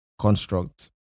construct